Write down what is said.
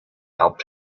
helped